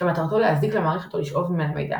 שמטרתו להזיק למערכת או לשאוב ממנה מידע.